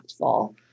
impactful